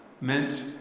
meant